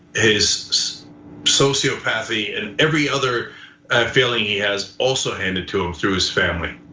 his sociopathy, and every other failing he has also handed to him through his family.